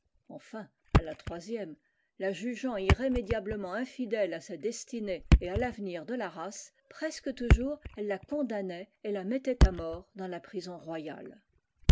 enfin à la troisième la jugeant irrémédiablement infidèle sa destinée et à l'avenir de la race presque toujours elles la condamnaient et la mettaient à mort dans la prison royale